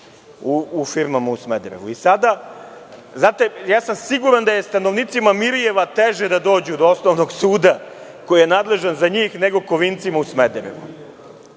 u firmama u Smederevu. Siguran sam da je stanovnicima Mirijeva teže da dođu do osnovnog suda koji je nadležan za njih, nego Kovincima u Smederevo.